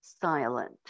silent